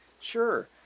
Sure